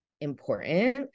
important